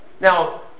Now